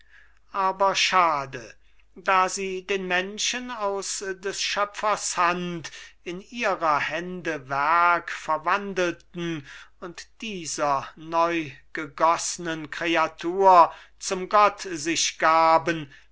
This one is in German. aber schade da sie den menschen aus des schöpfers hand in ihrer hände werk verwandelten und dieser neugegoßnen kreatur zum gott sich gaben